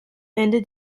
ende